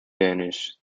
danish